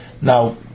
Now